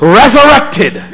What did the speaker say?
resurrected